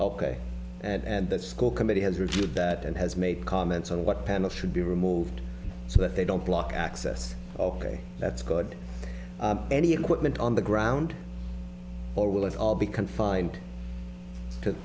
ok and that school committee has reviewed that and has made comments on what panel should be removed so that they don't block access ok that's good any equipment on the ground or will it all be confined to the